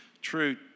true